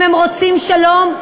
אם הם רוצים שלום,